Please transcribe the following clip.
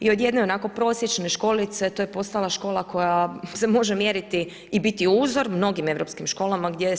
I od jedne onako prosječne školice to je postala škola koja se može mjeriti i biti uzor mnogim europskim školama gdje